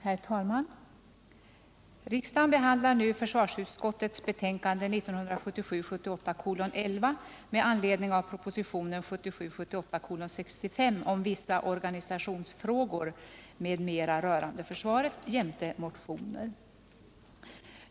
Herr talman! Riksdagen behandlar nu försvarsutskottets betänkande 1977 78:65 om vissa organisationsfrågor m.m. rörande försvaret jämte motioner.